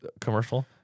commercial